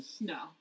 No